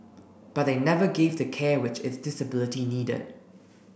but they never gave the care which it's disability needed